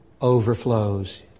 overflows